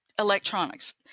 electronics